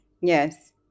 yes